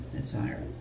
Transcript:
desire